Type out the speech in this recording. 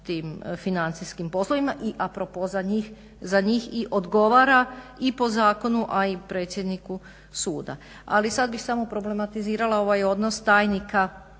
tim financijskim poslovima. I a propos za njih i odgovara i po zakonu, a i predsjedniku suda. Ali sad bih samo problematizirala ovaj odnos tajnika